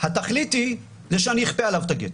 התכלית היא שאני אכפה עליו את הגט.